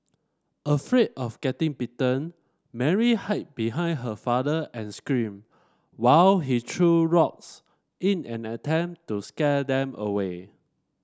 afraid of getting bitten Mary hid behind her father and screamed while he threw rocks in an attempt to scare them away